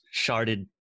sharded